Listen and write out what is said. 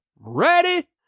Ready